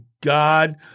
God